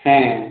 হ্যাঁ